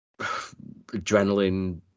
adrenaline